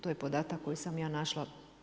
To je podatak koji sam ja našla.